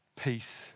peace